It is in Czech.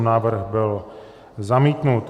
Návrh byl zamítnut.